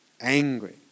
Angry